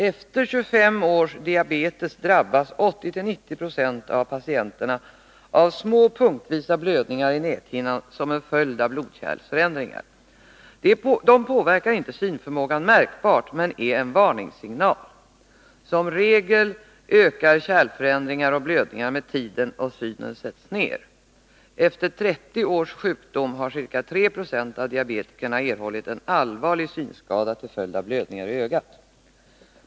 Efter 25 års diabetes drabbas 80-90 20 av patienterna av små punktvisa blödningar i näthinnan som en följd av blodkärlsförändringar. Dessa påverkar inte synförmågan märkbart men är en varningssignal. Som regel ökar kärlförändringar och blödningar med tiden, och synen sätts ned. Efter 30 års sjukdom har ca 3 20 av diabetikerna erhållit en allvarlig synskada till följd av blödningar i ögat.